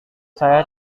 saya